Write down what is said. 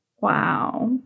Wow